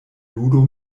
ludo